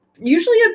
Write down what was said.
usually